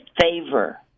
favor